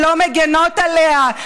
שלא מגינות עליה.